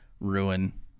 ruin